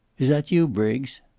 is that you, briggs?